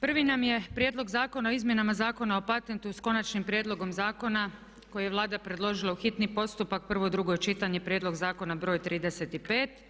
Prvi nam je prijedlog Zakona o izmjenama Zakona o patentu s konačnim prijedlogom zakona koji je Vlada predložila u hitni postupak, prvo i drugo čitanje, prijedlog zakona broj 35.